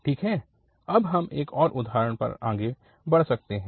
ठीक है अब हम एक और उदाहरण पर आगे बढ़ सकते हैं